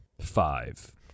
Five